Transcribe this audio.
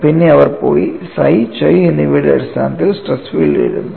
പിന്നെ അവർ പോയി psi chi എന്നിവയുടെ അടിസ്ഥാനത്തിൽ സ്ട്രെസ് ഫീൽഡ് എഴുതുന്നു